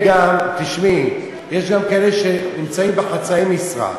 תשמעי, יש גם כאלה שנמצאים בחצאי משרה,